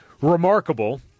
remarkable